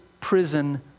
prison